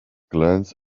glance